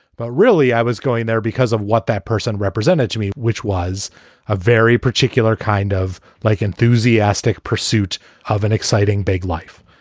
but really, i was going there because of what that person represented to me, which was a very particular kind of like enthusiastic pursuit of an exciting big life.